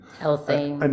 healthy